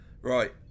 Right